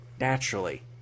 naturally